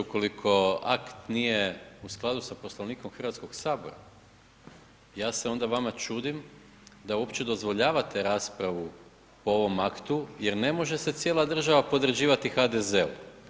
Ukoliko akt nije u skladu s Poslovnikom HS-a, ja se onda vama čudim da uopće dozvoljavate raspravu po ovom aktu jer ne može se cijela država podređivati HDZ-u.